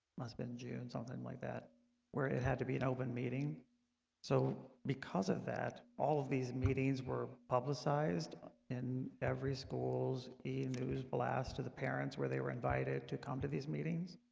must been june something like that where it had to be an open meeting so because of that all of these meetings were publicized in every schools e news blast to the parents where they were invited to come to these meetings.